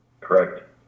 Correct